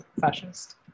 fascist